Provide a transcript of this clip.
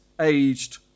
aged